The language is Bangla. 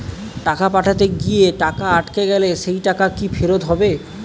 টাকা পাঠাতে গিয়ে টাকা আটকে গেলে সেই টাকা কি ফেরত হবে?